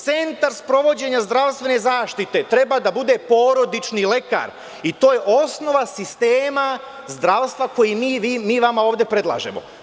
Centar sprovođenja zdravstvene zaštite treba da bude porodični lekar i to je osnova sistema zdravstva koji mi vama ovde predlažemo.